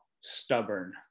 stubborn